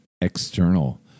external